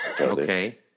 Okay